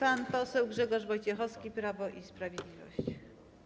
Pan poseł Grzegorz Wojciechowski, Prawo i Sprawiedliwość.